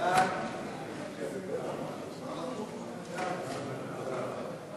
חוק לתיקון פקודת בריאות העם (מס' 29),